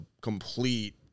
complete